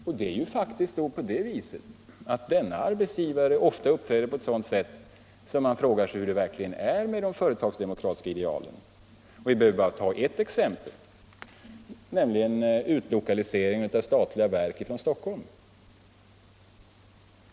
Och denna arbetsgivare uppträder faktiskt ofta på ett sådant sätt att man frågar sig hur det egentligen är med de företagsdemokratiska idealen. Vi behöver bara ta ett exempel, nämligen utlokaliseringen av statliga verk från Stockholm.